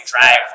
drive